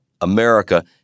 America